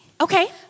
Okay